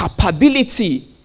capability